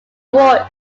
war